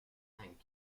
thank